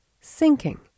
sinking